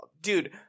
dude